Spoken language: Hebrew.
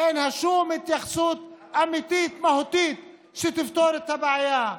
אין בה שום התייחסות אמיתית מהותית שתפתור את הבעיה.